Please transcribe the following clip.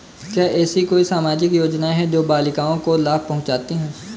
क्या ऐसी कोई सामाजिक योजनाएँ हैं जो बालिकाओं को लाभ पहुँचाती हैं?